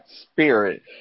spirit